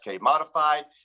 Modified